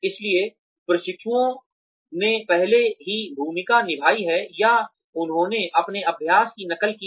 इसलिए प्रशिक्षुओं ने पहले ही भूमिका निभाई है या उन्होंने अपने अभ्यास की नकल की है